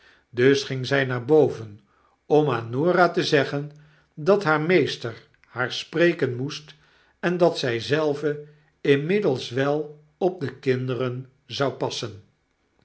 dus gingzy naar boven om aan norah te zeggen dat haar meester haar spreken moest en dat zy zelve inmiddels wel op de kinderen zou passen